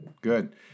good